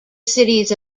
cities